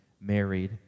married